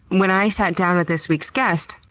when i sat down with this week's guest,